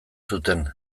zuten